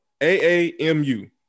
A-A-M-U